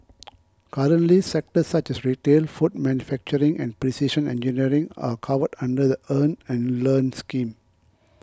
currently sectors such as retail food manufacturing and precision engineering are covered under the Earn and Learn scheme